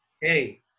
Hey